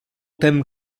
tem